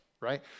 Right